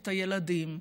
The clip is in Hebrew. את הילדים,